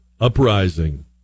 uprising